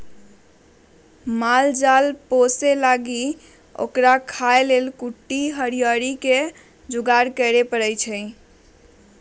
माल जाल पोशे लागी ओकरा खाय् लेल कुट्टी हरियरी कें जोगार करे परत